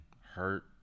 hurt